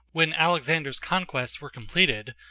when alexander's conquests were completed,